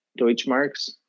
Deutschmarks